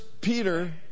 Peter